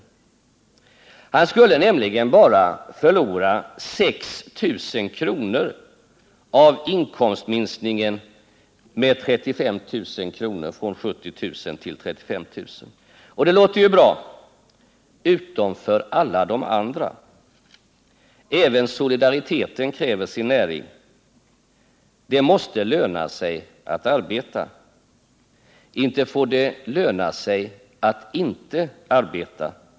Han skulle nämligen bara förlora 6 000 kr. av inkomstminskningen från 70 000 kr. till 35 000 kr. Och det låter ju bra — utom för alla de andra. Även solidariteten kräver sin näring. Det måste löna sig att arbeta. Inte får det löna sig att inte arbeta?